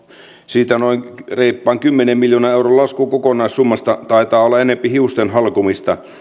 siitä kokonaissummasta noin reippaan kymmenen miljoonan euron lasku taitaa olla enempi hiusten halkomista